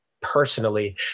personally